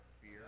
Fear